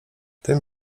tym